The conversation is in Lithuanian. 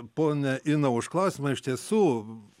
ponia ina už klausimą iš tiesų